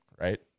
Right